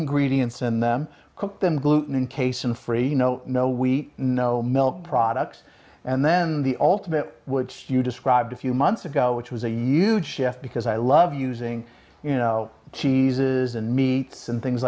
ingredients in them cook them gluten and casein free you know no we know milk products and then the ultimate which you described a few months ago which was a huge shift because i love using you know cheeses and meats and things